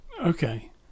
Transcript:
Okay